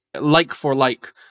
like-for-like